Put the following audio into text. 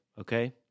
okay